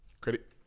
Credit